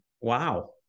wow